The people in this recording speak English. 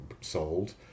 sold